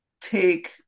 take